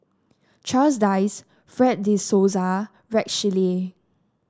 Charles Dyce Fred De Souza Rex Shelley